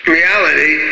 reality